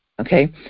okay